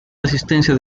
resistencia